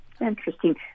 Interesting